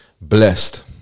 Blessed